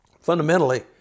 Fundamentally